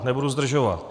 Nebudu zdržovat.